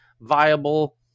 viable